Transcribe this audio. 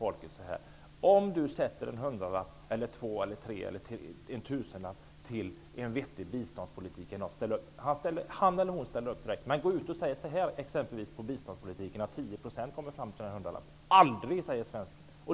Om man vill avsätta en hundralapp eller en tusenlapp till en vettig biståndspolitik ställer de upp direkt. Men gå ut och säg att bara 10 % av den hundralappen eller tusenlappen kommer fram till dem som man vill ge bistånd! Det ställer jag aldrig upp på, säger svensken.